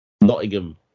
Nottingham